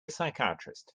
psychiatrist